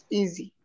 easy